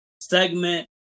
segment